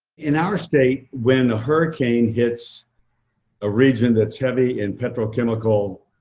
in our state when a hurricane hits a region that is heavy in petro chemical,